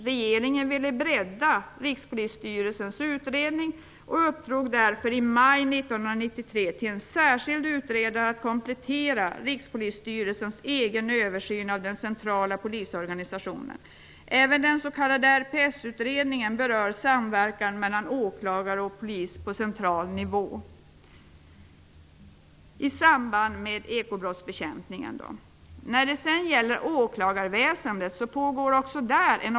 Regeringen ville bredda Rikspolisstyrelsens utredning och uppdrog därför i maj 1993 åt en särskild utredare att komplettera Rikspolisstyrelsens egen översyn av den centrala polisorganisationen. Även den s.k. RPS utredningen om ekobrottsbekämpningen berör samverkan mellan åklagare och polis på central nivå. Det pågår också en organisationsöversyn för åklagarväsendet.